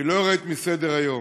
היא לא יורדת מסדר-היום,